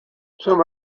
some